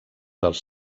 dels